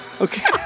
okay